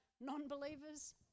non-believers